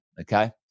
Okay